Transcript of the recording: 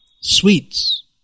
sweets